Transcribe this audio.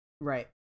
Right